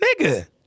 nigga